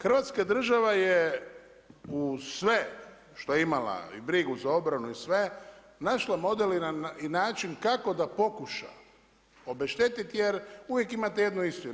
Hrvatska država je uz sve što je imala, uz brigu za obranu i sve, našla model i način kako da pokuša obeštetiti jer uvijek imate jednu istinu.